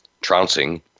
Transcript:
trouncing